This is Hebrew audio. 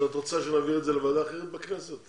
את רוצה שנעביר את זה לוועדה אחרת בכנסת?